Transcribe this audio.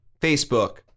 Facebook